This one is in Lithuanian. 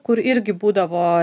kur irgi būdavo